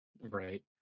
Right